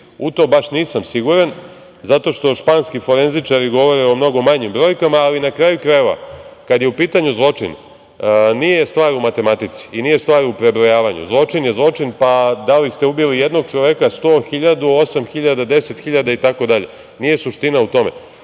U to baš nisam siguran zato što španski forenzičari govore o mnogo manjim brojkama, ali na kraju krajeva, kada je u pitanju zločin, nije stvar u matematici i nije stvar u prebrojavanju, zločin je zločin, pa da li ste ubili jednog čoveka, 100, hiljadu, osam